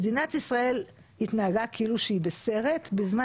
מדינת ישראל התנהגה כאילו שהיא בסרט בזמן